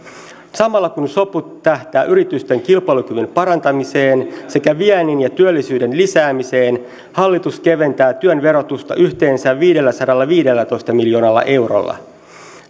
samalla kun sopu tähtää yritysten kilpailukyvyn parantamiseen sekä viennin ja työllisyyden lisäämiseen hallitus keventää työn verotusta yhteensä viidelläsadallaviidellätoista miljoonalla eurolla